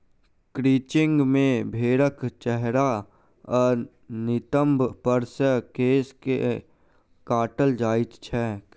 crutching मे भेंड़क चेहरा आ नितंब पर सॅ केश के काटल जाइत छैक